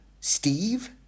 Steve